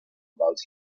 about